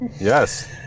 Yes